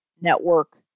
network